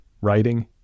Writing